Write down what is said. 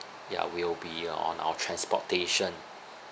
ya we'll be uh on our transportation